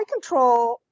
iControl